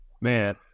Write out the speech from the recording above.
Man